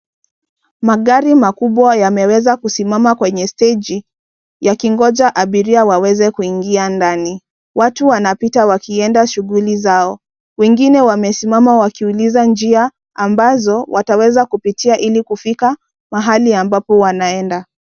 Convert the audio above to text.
Magari makubwa yameweza kusimama kwenye steji yakingoja abiria waweze kuingia ndani. Watu wanapita wakienda shughuli zao. Wengine wamesimama wakiuliza njia ambazo wataweza kupitia ili kufika mahali ambapo wanaenda.